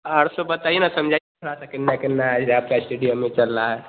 और सब बताइए ना समझाइए थोड़ा सा कितना कितना यह आपके इस्टेडियम में चल रहा है